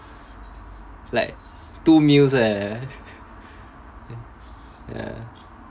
like two meals eh ya